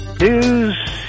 News